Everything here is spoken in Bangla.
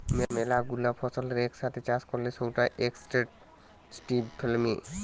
ম্যালা গুলা ফসলের এক সাথে চাষ করলে সৌটা এক্সটেন্সিভ ফার্মিং